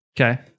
Okay